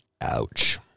Ouch